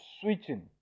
switching